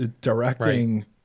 directing